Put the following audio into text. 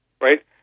right